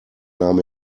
nahm